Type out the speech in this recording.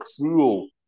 cruel